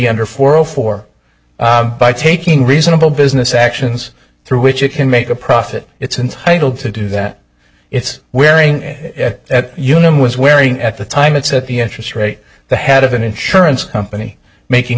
under four zero four by taking reasonable business actions through which you can make a profit it's intitled to do that it's wearing that union was wearing at the time it's at the interest rate the head of an insurance company making